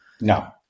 No